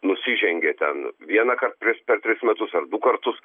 nusižengė ten vienąkart per tris metus ar du kartus